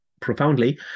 profoundly